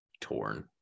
torn